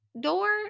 door